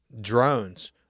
drones